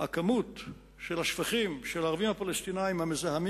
הכמות של השפכים של הערבים-הפלסטינים המזהמים